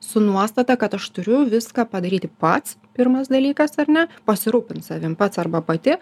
su nuostata kad aš turiu viską padaryti pats pirmas dalykas ar ne pasirūpint savim pats arba pati